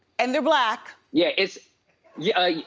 and they're black. yeah, it's yeah.